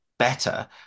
Better